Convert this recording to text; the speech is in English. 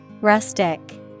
Rustic